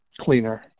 cleaner